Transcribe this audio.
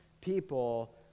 people